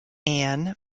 anne